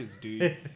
dude